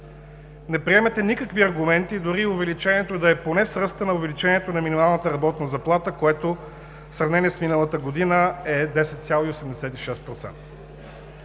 Не приемате никакви аргументи, дори и увеличението да е поне с ръста на увеличението на минималната работна заплата, което в сравнение с миналата година, е 10,86%.